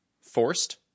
Forced